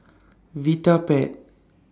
Vitapet